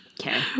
Okay